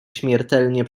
śmiertelnie